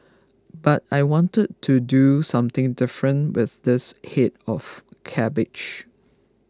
but I wanted to do something different with this head of cabbage